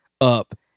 up